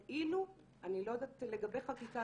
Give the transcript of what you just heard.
אני לא יודעת לגבי חקיקה,